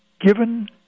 given